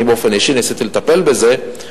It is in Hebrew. אני באופן אישי ניסיתי לטפל בזה,